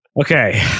Okay